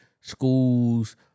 schools